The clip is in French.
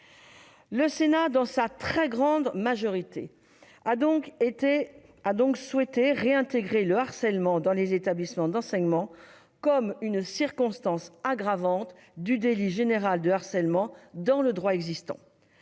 Le Sénat, dans sa très grande majorité, a donc souhaité réintégrer le harcèlement dans les établissements d'enseignement comme une circonstance aggravante du délit général de harcèlement prévu par le droit existant.